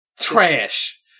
Trash